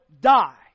die